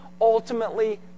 ultimately